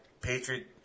Patriot